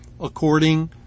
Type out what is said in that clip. according